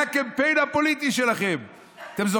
זה היה הקמפיין הפוליטי שלכם.